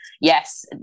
yes